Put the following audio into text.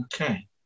okay